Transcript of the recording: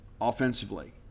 offensively